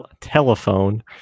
telephone